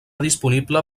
disponible